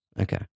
Okay